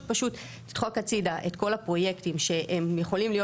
פשוט תדחק הצידה את כל הפרויקטים שהם יכולים להיות